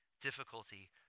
difficulty